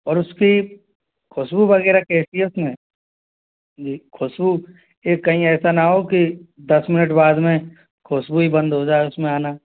और उसकी खुशबू वगैरह कैसी है उसमें जी खुशबू एक कहीं ऐसा ना हो कि दस मिनट बाद में खुशबू ही बंद हो जाए उसमें आना